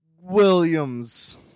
Williams